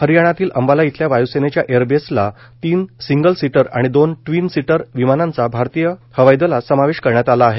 हरियाणातील अंबाला इथल्या वायुसेनेच्या एअरबेसला तीन सिंगल सीटर आणि दोन ट्विन सीटर विमानांचा भारतीय हवाई दलात समावेश करण्यात आला आहे